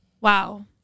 Wow